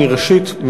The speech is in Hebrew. ראשית,